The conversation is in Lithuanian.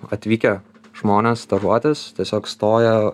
atvykę žmonės stažuotis tiesiog stoja